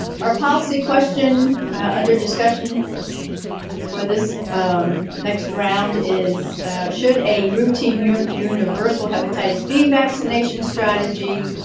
our policy question under discussion for this next round is should a routine yeah and universal hepatitis b vaccination strategy,